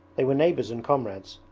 they were neighbours and comrades.